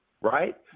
right